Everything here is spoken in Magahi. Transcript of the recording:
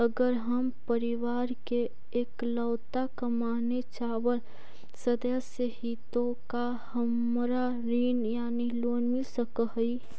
अगर हम परिवार के इकलौता कमाने चावल सदस्य ही तो का हमरा ऋण यानी लोन मिल सक हई?